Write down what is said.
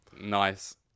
Nice